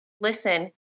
listen